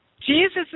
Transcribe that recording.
Jesus